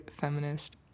feminist